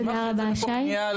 לגמרי.